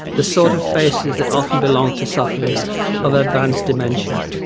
the sort of faces that often belong to sufferers of advanced dementia.